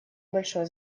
большое